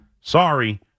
Sorry